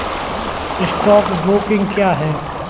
Stock broking क्या है?